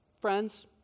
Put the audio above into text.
friends